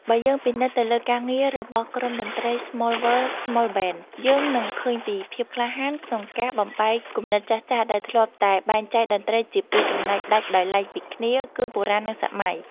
បើយើងពិនិត្យទៅលើការងាររបស់ក្រុមតន្ត្រី ស្ម័លវើល ស្ម័លប៊ែន (SmallWorld SmallBand) យើងនឹងឃើញពីភាពក្លាហានក្នុងការបំបែកគំនិតចាស់ៗដែលធ្លាប់តែបែងចែកតន្ត្រីជាពីរចំណែកដាច់ដោយឡែកពីគ្នា គឺបុរាណ និងសម័យ។